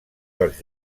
dels